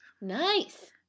nice